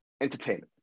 entertainment